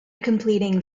completing